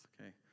Okay